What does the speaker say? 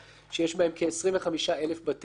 שיש בהם כ-25,000 בתי אב,